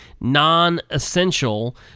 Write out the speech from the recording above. non-essential